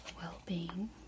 well-being